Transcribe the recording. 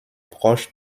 proche